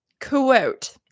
Quote